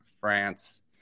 france